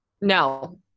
No